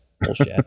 bullshit